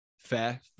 Fair